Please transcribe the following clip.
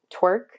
twerk